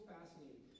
fascinating